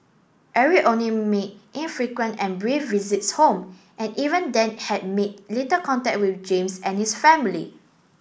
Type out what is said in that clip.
Eric only made infrequent and brief visits home and even then had made little contact with James and his family